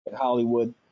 Hollywood